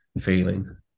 feeling